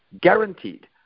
guaranteed